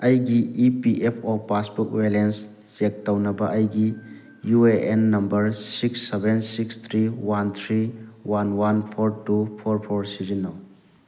ꯑꯩꯒꯤ E P F O passbook balance check ꯇꯧꯅꯕ ꯑꯩꯒꯤ U A N number six seven six three one three one one four two four four ꯁꯤꯖꯤꯟꯅꯧ